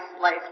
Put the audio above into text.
life